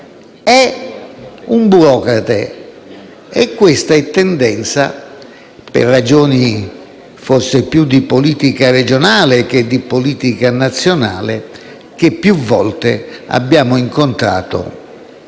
è un burocrate. E questa è una tendenza, per ragioni forse più di politica regionale che di politica nazionale, che più volte abbiamo incontrato